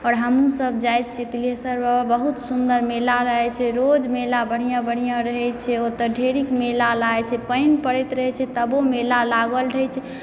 और हमहुॅं सब जाइ छियै तिल्हेश्वर बाबा बहुत सुन्दर मेला रहै छै रोज मेला बढ़िऑं बढ़िऑं रहै छै ओतऽ ढेरिक मेला लागै छै पानि पड़ैत रहै छै तबो मेला लागल रहै छै